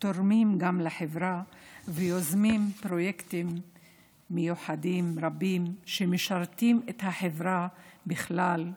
תורמים גם לחברה ויוזמים פרויקטים מיוחדים רבים שמשרתים את החברה בכלל,